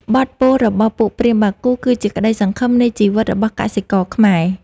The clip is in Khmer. បទពោលរបស់ពួកព្រាហ្មណ៍បាគូ គឺជាក្ដីសង្ឈឹមនៃជីវិតរបស់កសិករខ្មែរ។